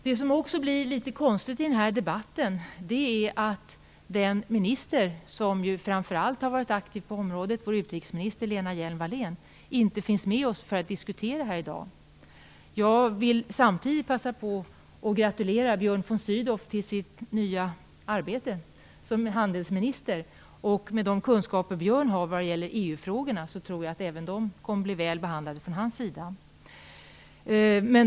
Det som också blir litet konstigt i debatten är att den minister som framför allt har varit aktiv på området, vår utrikesminister Lena Hjelm-Wallén, inte finns med oss för att diskutera här i dag. Jag vill samtidigt passa på att gratulera Björn von Sydow till hans nya arbete som handelsminister. Med de kunskaper han har vad gäller EU-frågorna tror jag att även de kommer att bli väl behandlade från hans sida.